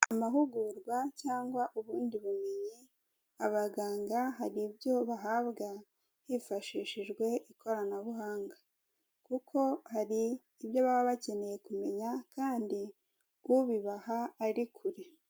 Amahugurwa cyangwa ubundi bumenyi abaganga hari ibyo bahabwa hifashishijwe ikoranabuhanga, kuko hari ibyo baba bakeneye kumenya kandi ubibaha ari kure.